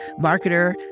marketer